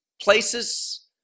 places